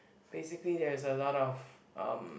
basically there is a lot of um